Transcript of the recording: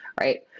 right